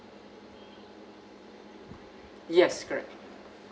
yes correct